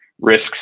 risks